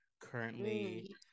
currently